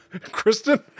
Kristen